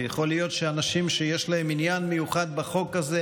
ויכול להיות שיש אנשים שיש להם עניין מיוחד בחוק הזה,